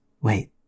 Wait